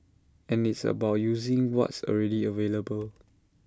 and it's about using what's already available